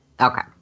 Okay